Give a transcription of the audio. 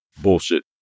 bullshit